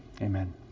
amen